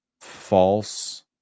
false